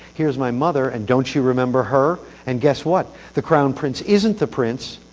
here's my mother and don't you remember her? and guess what? the crown prince isn't the prince.